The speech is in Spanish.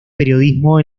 periodismo